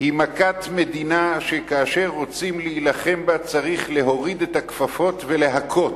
היא מכת מדינה שכאשר רוצים להילחם בה צריך להוריד את הכפפות ולהכות,